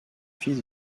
fils